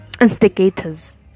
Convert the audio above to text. instigators